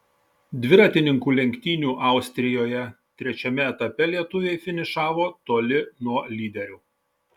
dviratininkų lenktynių austrijoje trečiame etape lietuviai finišavo toli nuo lyderių